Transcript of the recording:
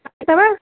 सही अथव